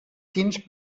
tints